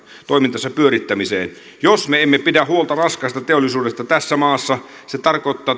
toimintansa pyörittämiseen jos me emme pidä huolta raskaasta teollisuudesta tässä maassa se tarkoittaa